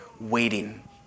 waiting